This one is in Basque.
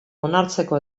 onartzeko